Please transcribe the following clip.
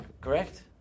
Correct